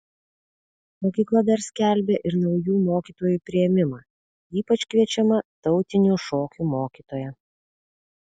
mokykla dar skelbia ir naujų mokytojų priėmimą ypač kviečiama tautinių šokių mokytoja